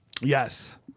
Yes